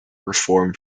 reform